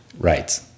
Right